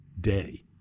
day